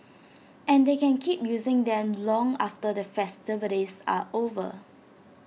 and they can keep using them long after the festivities are over